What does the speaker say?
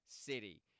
City